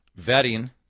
Vetting